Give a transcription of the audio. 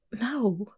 No